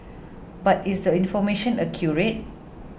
but is the information accurate